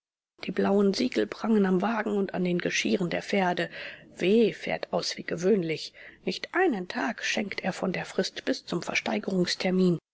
die blauen siegel prangen am wagen und an den geschirren der pferde w fährt aus wie gewöhnlich nicht einen tag schenkt er von der frist bis zum